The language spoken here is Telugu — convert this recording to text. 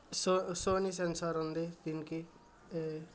సోనీ సెన్సార్ ఉంది దీనికి అంటే